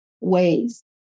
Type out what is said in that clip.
ways